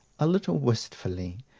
a little wistfully,